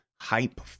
hype